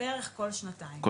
בערך כל שנתיים.